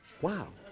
wow